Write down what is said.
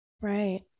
Right